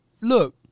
Look